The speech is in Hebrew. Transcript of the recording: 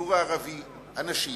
בציבור הערבי אנשים